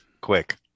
quick